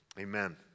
amen